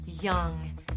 young